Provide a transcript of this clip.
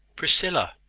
priscilla!